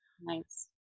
Nice